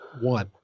one